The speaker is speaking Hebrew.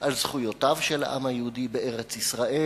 על זכויותיו של העם היהודי בארץ-ישראל,